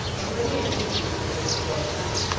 and when he had used these words to zedekiah,